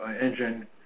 engine